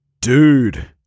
Dude